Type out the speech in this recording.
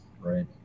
right